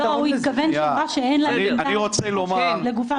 הוא התכוון שהיא אמרה שאין למדינה --- לגופם של דברים.